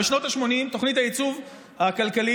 הרי בשנות השמונים, תוכנית הייצוב הכלכלית,